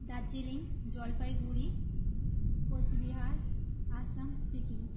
Darjeeling Jalpaiguri Cooch Behar Assam Sikkim